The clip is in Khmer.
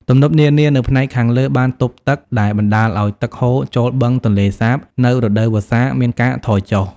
ទំនប់នានានៅផ្នែកខាងលើបានទប់ទឹក ដែលបណ្តាលឱ្យ ទឹកហូរចូលបឹងទន្លេសាបនៅរដូវវស្សាមានការថយចុះ។